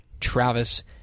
Travis